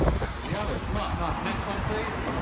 back with the others. right, nice. next one, please.